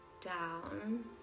down